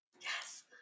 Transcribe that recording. Yes